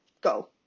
go